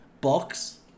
box